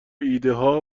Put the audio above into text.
ایدهها